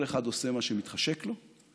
כל אחד עושה מה שמתחשק לו.